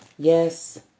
yes